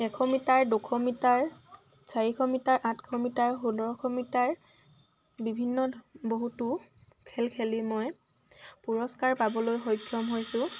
এশ মিটাৰ দুশ মিটাৰ চাৰিশ মিটাৰ আঠশ মিটাৰ ষোল্লশ মিটাৰ বিভিন্ন বহুতো খেল খেলি মই পুৰস্কাৰ পাবলৈ সক্ষম হৈছোঁ